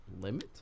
Limit